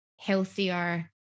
healthier